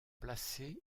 placé